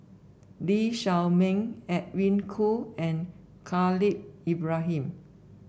Lee Shao Meng Edwin Koo and Khalil Ibrahim